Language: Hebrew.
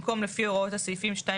במקום "לפי הוראות הסעיפים 2,